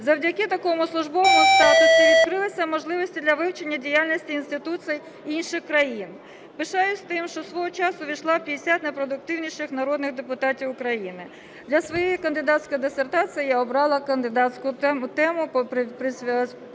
Завдяки такому службовому статусу відкрилися можливості для вивчення діяльності інституцій інших країн. Пишаюсь тим, що свого часу увійшла в 50 найпродуктивніших народних депутатів України. Для своєї кандидатської дисертації я обрала кандидатську тему, пов'язану